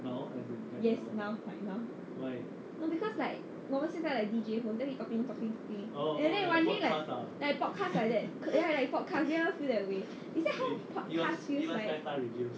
yes now like now no because like 我们现在 like D_J host then we talking talking talking and then like I wondering like podcast like that ya ya podcast do you ever feel that way is that how podcast feels like